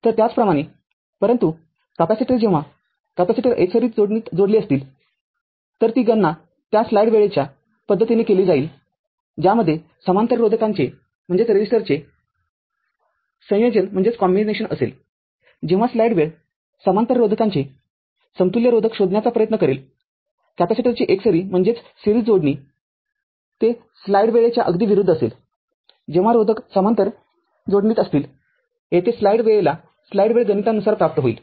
तरत्याच प्रमाणेपरंतु कॅपेसिटर जेव्हा कॅपेसिटर एकसरी जोडणीत जोडले असतील ती गणना त्या स्लाईड वेळेच्या पद्धतीने केली जाईल ज्यामध्ये समांतर रोधकांचे संयोजन असेल जेव्हा स्लाईड वेळ समांतर रोधकांचे समतुल्य रोधक शोधण्याचा प्रयत्न करेल कॅपेसिटरची एकसरी जोडणी ते स्लाईड वेळेच्या अगदी विरुद्ध असेल जेव्हा रोधक समांतर जोडणीत असतील येथे स्लाइड वेळेला स्लाइड वेळ गणितानुसार प्राप्त होईल